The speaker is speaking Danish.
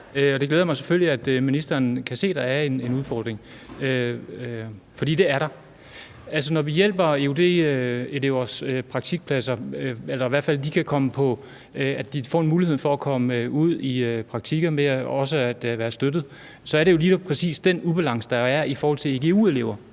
Det glæder mig selvfølgelig, at ministeren kan se, at der er en udfordring, for det er der. Når vi hjælper, så eud-elever får en mulighed for at komme ud i praktik, også ved at det har været støttet, er det jo lige præcis den ubalance, der er i forhold til egu-elever.